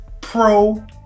pro